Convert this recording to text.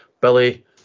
Billy